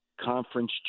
conference